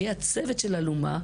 שיהיה צוות של אלומה,